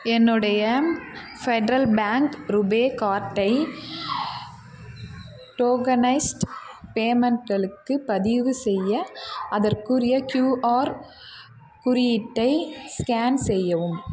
என்னுடைய Federal Bank RuPay கார்டை tokenised பேமெண்ட்டுகளுக்கு பதிவுசெய்ய அதற்குரிய க்யூஆர் குறியீட்டை ஸ்கேன் செய்யவும்